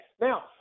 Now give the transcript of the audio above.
Now